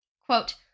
Quote